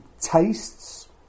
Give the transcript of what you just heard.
tastes